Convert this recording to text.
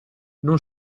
non